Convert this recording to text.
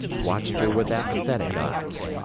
watched her with apathetic eyes.